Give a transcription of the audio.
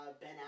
Ben